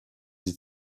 sie